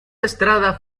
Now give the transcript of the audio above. estrada